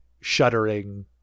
shuddering